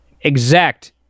Exact